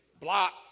block